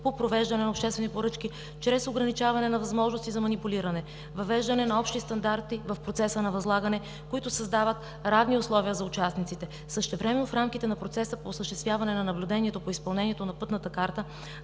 по провеждане на обществени поръчки чрез ограничаване на възможности за манипулиране; въвеждане на общи стандарти в процеса на възлагане, които създават равни условия за участниците. Същевременно в рамките на процеса по осъществяване на наблюдението по изпълнението на Пътната карта